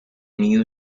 new